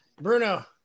bruno